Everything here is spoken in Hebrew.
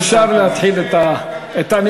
אפשר להתחיל את הנאום.